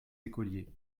écoliers